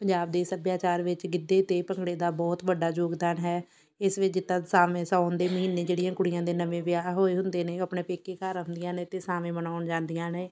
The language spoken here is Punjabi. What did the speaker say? ਪੰਜਾਬ ਦੇ ਸੱਭਿਆਚਾਰ ਵਿੱਚ ਗਿੱਧੇ ਅਤੇ ਭੰਗੜੇ ਦਾ ਬਹੁਤ ਵੱਡਾ ਯੋਗਦਾਨ ਹੈ ਇਸ ਵਿੱਚ ਜਿੱਦਾਂ ਸਾਵੇਂ ਸਾਉਣ ਦੇ ਮਹੀਨੇ ਜਿਹੜੀਆਂ ਕੁੜੀਆਂ ਦੇ ਨਵੇਂ ਵਿਆਹ ਹੋਏ ਹੁੰਦੇ ਨੇ ਉਹ ਆਪਣੇ ਪੇਕੇ ਘਰ ਆਉਂਦੀਆਂ ਨੇ ਅਤੇ ਸਾਵੇਂ ਮਨਾਉਣ ਜਾਂਦੀਆਂ ਨੇ